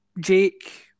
Jake